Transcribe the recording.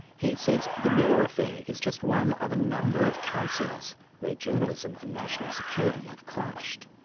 he says the miller affair is just one of a number of cases where journalism and national security have clashed.